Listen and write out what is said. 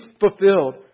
fulfilled